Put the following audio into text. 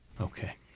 Okay